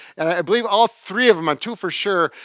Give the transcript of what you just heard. and i believe all three of them, or two for sure,